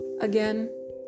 Again